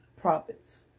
Prophets